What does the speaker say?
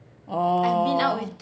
orh